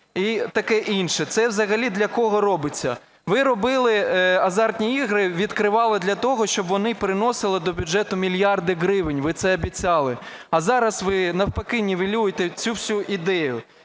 і таке інше. Це взагалі для кого робиться? Ви робили азартні ігри, відкривали для того, щоб вони приносили до бюджету мільярди гривень, ви це обіцяли. А зараз ви навпаки нівелюєте цю всю ідею.